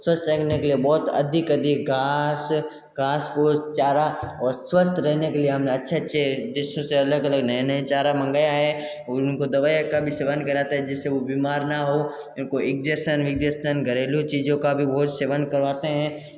स्वस्थ रखने के लिए बहुत अधिक अधिक घास घास पुस चारा और स्वस्थ रहने के लिए हमने अच्छे अच्छे देशों से अलग अलग नए नए चारा मंगाया है और उनको दवाईयाँ का भी सेवन कराते हैं जिससे वो बीमार ना हों उनको इजेक्शन विजेक्शन घरेलू चीज़ों का भी बहुत सेवन करवाते हैं